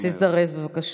אז תזדרז, בבקשה.